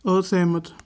ਅਸਹਿਮਤ